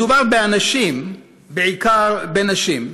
מדובר באנשים, בעיקר בנשים,